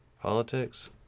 Politics